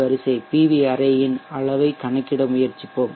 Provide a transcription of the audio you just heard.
வரிசை அளவைக் கணக்கிட முயற்சிப்போம்